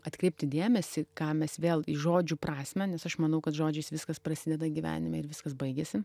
atkreipti dėmesį ką mes vėl į žodžių prasmę nes aš manau kad žodžiais viskas prasideda gyvenime ir viskas baigiasi